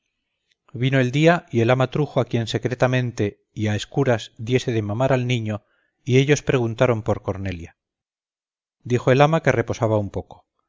vino el día y el ama trujo a quien secretamente y a escuras diese de mamar al niño y ellos preguntaron por cornelia dijo el ama que reposaba un poco